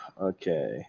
Okay